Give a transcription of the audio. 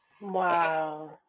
Wow